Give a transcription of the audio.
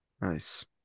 nice